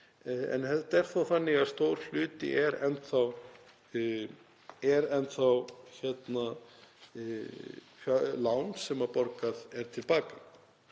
en þetta er þó þannig að stór hluti er enn þá lán sem borgað er til baka.